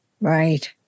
Right